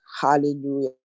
hallelujah